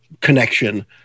connection